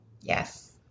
Yes